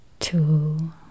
two